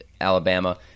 Alabama